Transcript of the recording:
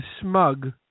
smug